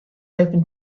open